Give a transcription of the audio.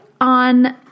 on